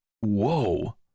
whoa